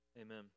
amen